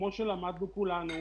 כמו שלמדנו כולנו,